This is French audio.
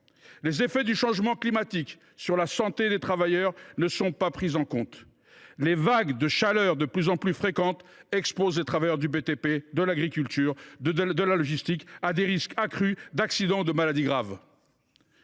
Les effets du changement climatique sur la santé des travailleurs ne sont pas pris en compte. Pourtant, les vagues de chaleur de plus en plus fréquentes exposent les travailleurs du bâtiment et des travaux publics (BTP), de l’agriculture ou de la logistique à des risques accrus d’accidents ou de maladies graves.